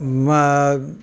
मा